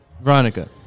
veronica